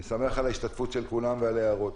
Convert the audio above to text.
אני שמח על ההשתתפות של כולם ועל הערות.